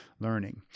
learning